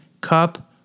cup